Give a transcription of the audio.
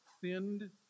thinned